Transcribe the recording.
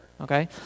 Okay